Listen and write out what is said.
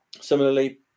similarly